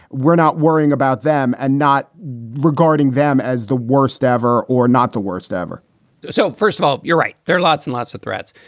we're not worrying about them and not regarding them as the worst ever or not the worst ever so, first of all, you're right. there are lots and lots of threats,